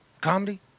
comedy